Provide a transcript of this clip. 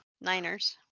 Niners